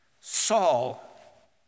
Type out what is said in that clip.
Saul